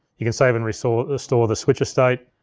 you can save and restore restore the switcher state.